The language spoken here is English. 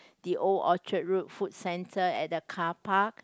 the old Orchard Road food centre at the carpark